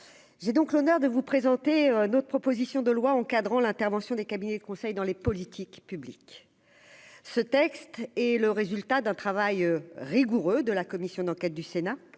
j'ai donc l'honneur de vous présenter notre proposition de loi encadrant l'intervention des cabinets de conseil dans les politiques publiques, ce texte est le résultat d'un travail rigoureux de la commission d'enquête du Sénat,